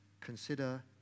Consider